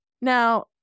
now